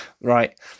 right